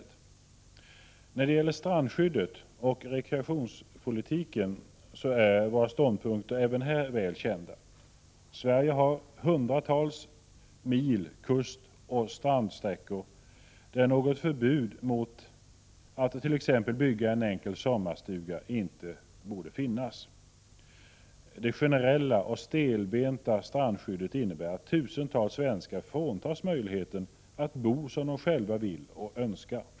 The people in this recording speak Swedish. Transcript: Även när det gäller strandskyddet och rekreationspolitiken är våra ståndpunkter väl kända. Sverige har hundratals mil av kustoch strandsträckor, där det inte borde finnas något förbud mot att t.ex. bygga en enkel sommarstuga. Det generella och stelbenta strandskyddet innebär att tusentals svenskar fråntas möjligheten att få bo som de själva önskar.